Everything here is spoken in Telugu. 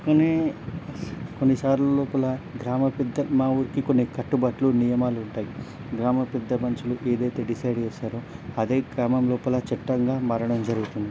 కానీ కొన్ని సార్లు లోపల గ్రామ పెద్ద మా ఊరికి కొన్ని కట్టుబాట్లు నియమాలు ఉంటాయి గ్రామ పెద్ద మనుషులు ఏదైతే డిసైడ్ చేస్తారో అదే గ్రామం లోపల చట్టంగా మారడం జరుగుతుంది